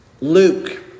Luke